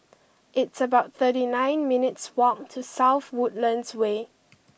it's about thirty nine minutes' walk to South Woodlands Way